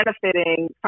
benefiting